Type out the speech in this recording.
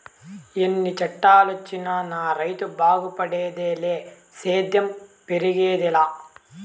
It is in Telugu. ఎన్ని చట్టాలొచ్చినా నా రైతు బాగుపడేదిలే సేద్యం పెరిగేదెలా